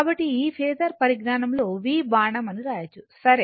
కాబట్టి ఈ ఫేసర్ పరిజ్ఞానం లో v బాణం అని రాయొచ్చు సరే